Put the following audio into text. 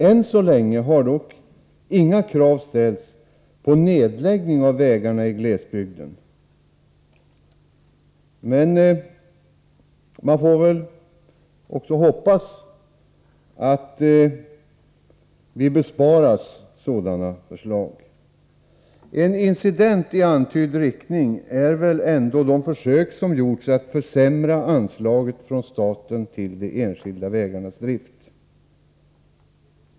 Än så länge har dock inga krav ställts på nedläggning av vägarna i glesbygden, och man får väl hoppas att vi också besparas sådana förslag. En incident i antydd riktning är väl ändå de försök som gjorts att försämra anslaget från staten till de enskilda vägarnas drift.